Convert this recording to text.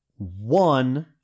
one